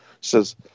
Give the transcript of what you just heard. says